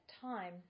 time